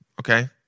Okay